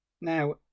now